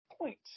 point